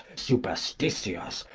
superstitious,